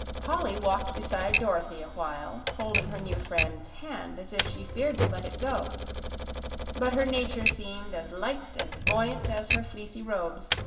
polly walked beside dorothy a while, holding her new friend's hand as if she feared to let it go but her nature seemed as light and buoyant as her fleecy robes,